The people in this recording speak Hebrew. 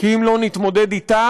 כי אם לא נתמודד אתה,